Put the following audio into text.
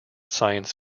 science